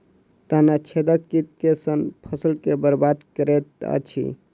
तना छेदक कीट केँ सँ फसल केँ बरबाद करैत अछि?